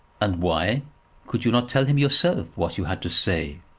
and why could you not tell him yourself what you had to say?